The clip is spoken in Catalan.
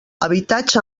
habitatge